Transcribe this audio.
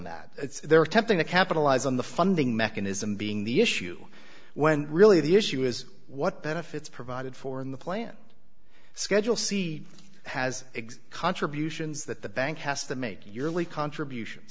that they're attempting to capitalize on the funding mechanism being the issue when really the issue is what benefits provided for in the plan schedule c has igs contributions that the bank has to make your early contributions